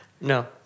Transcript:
No